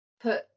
put